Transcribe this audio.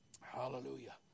Hallelujah